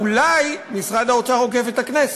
אולי משרד האוצר עוקף את הכנסת.